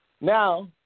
Now